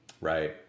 Right